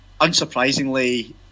Unsurprisingly